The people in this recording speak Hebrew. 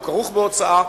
הוא כרוך בהוצאה,